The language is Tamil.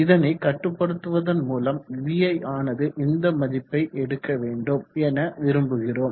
இதனை கட்டுப்படுத்துவதன் மூலம் vi ஆனது இந்த மதிப்பை எடுக்க வேண்டும் என விரும்புகிறோம்